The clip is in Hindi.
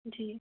जी